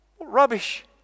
Rubbish